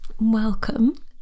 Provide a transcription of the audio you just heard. Welcome